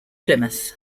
plymouth